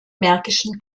märkischen